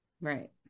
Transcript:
Right